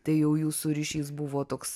tai jau jūsų ryšys buvo toks